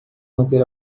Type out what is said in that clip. manter